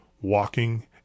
walking